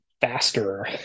faster